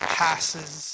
passes